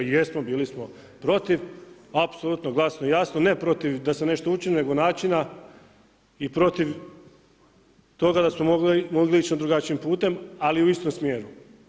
Jesmo, bili smo protiv, apsolutno glasno i jasno, ne protiv da se nešto učini, nego načina i protiv toga da smo mogli ići drugačijim putem, ali u istom smjeru.